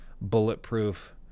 bulletproof